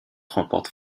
remporte